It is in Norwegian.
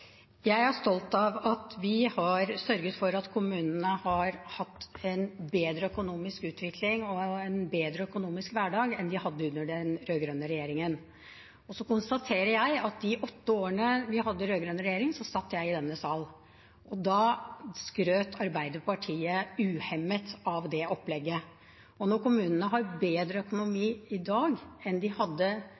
Jeg er stolt av at vi har sørget for at kommunene har hatt en bedre økonomisk utvikling og en bedre økonomisk hverdag enn de hadde under den rød-grønne regjeringen. Så konstaterer jeg at i de åtte årene vi hadde rød-grønn regjering, satt jeg i denne sal, og da skrøt Arbeiderpartiet uhemmet av det opplegget. Og når kommunene har bedre økonomi i dag enn de hadde